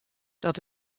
dat